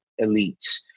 elites